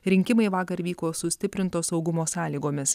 rinkimai vakar vyko sustiprinto saugumo sąlygomis